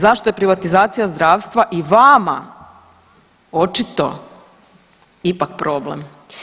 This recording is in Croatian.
Zašto je privatizacija zdravstva i vama očito ipak problem.